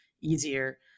easier